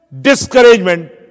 discouragement